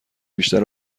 بیشتر